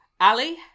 Ali